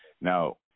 now